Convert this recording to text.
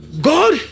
God